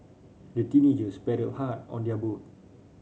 the teenagers paddled hard on their boat